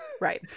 right